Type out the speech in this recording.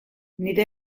nire